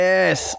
Yes